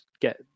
get